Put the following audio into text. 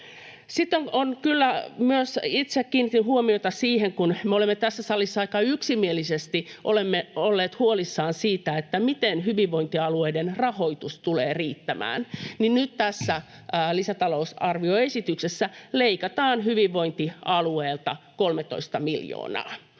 Sitten itse kiinnitin huomiota myös siihen, että kun me olemme tässä salissa aika yksimielisesti olleet huolissamme siitä, miten hyvinvointialueiden rahoitus tulee riittämään, niin nyt tässä lisätalousarvioesityksessä leikataan hyvinvointialueilta 13 miljoonaa.